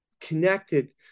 connected